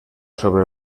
sobre